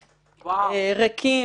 חבר'ה, רוברט ועודד, עזבו, באמת.